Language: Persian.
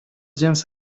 جنس